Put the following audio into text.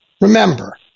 remember